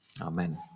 amen